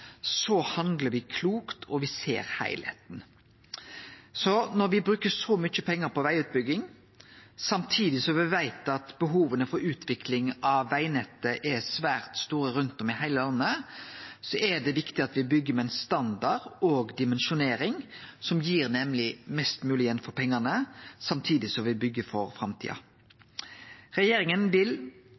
så mykje pengar på vegutbygging, samtidig som me veit at behova for utvikling av vegnettet er svært store rundt om i heile landet, er det viktig at me byggjer med ein standard og ei dimensjonering som gir mest mogleg igjen for pengane, samtidig som me byggjer for framtida. Regjeringa vil